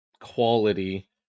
quality